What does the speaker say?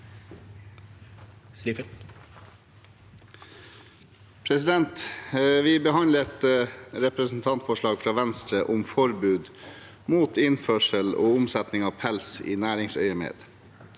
Vi behandler et representantforslag fra Venstre om forbud mot innførsel og omsetning av pels i næringsøyemed.